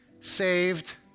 saved